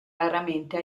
raramente